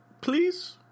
please